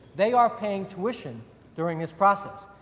they are paying tuition during this process.